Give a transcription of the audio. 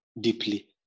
deeply